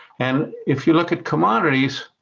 and if you look at commodities,